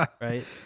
right